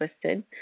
twisted